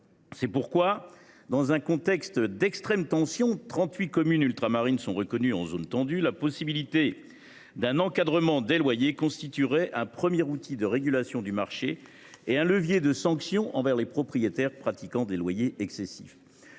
social. Dans ce contexte de très forte tension – 38 communes ultramarines sont reconnues comme zones tendues – la possibilité d’un encadrement des loyers constituerait un premier outil de régulation du marché et un levier de sanction envers les propriétaires pratiquant des loyers excessifs.